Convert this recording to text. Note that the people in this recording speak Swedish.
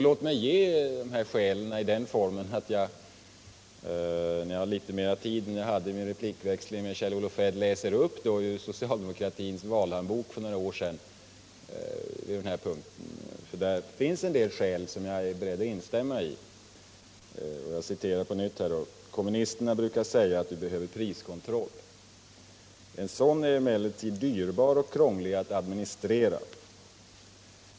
Låt mig ange dessa skäl i den formen att jag nu, när jag har litet mer tid än jag hade i min replikväxling med Kjell-Olof Feldt, läser upp vad som stod i socialdemokratins valhandbok för några år sedan på den här punkten. Där anförs en del skäl som jag är beredd att instämma i: ”Kommunisterna brukar säga, att vi behöver priskontroll. En sådan är emellertid dyrbar och krånglig att administrera.